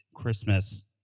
Christmas